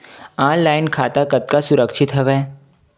Online खाता कतका सुरक्षित हवय?